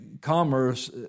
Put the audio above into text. commerce